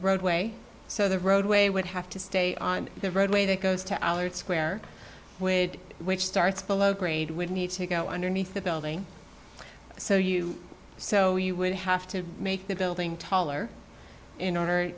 roadway so the roadway would have to stay on the roadway that goes to allard square width which starts below grade would need to go underneath the building so you so you would have to make the building taller in order